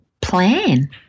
plan